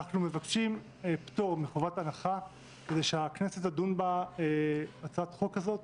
אנחנו מבקשים פטור מחובת הנחה כדי שהכנסת תדון בהצעת החוק הזאת